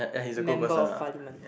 member of Parliment